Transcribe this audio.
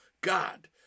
God